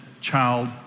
child